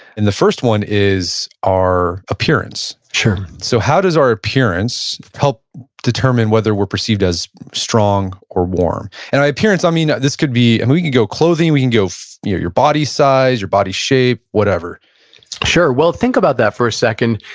and the first one is our appearance sure so, how does our appearance help determine whether we're perceived as strong or warm? and by appearance, i mean, this could be, i mean, we can go clothing, we can go your your body size, your body shape, whatever sure. well, think about that for a second.